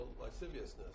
lasciviousness